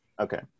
Okay